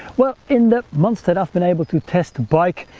well in the months that i've been able to test the bike